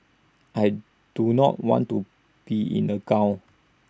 I do not want to be in A gown